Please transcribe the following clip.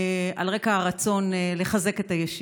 על רקע הרצון לחזק את הישיבות.